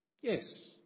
Yes